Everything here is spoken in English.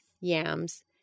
yams